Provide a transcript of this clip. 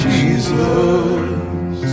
Jesus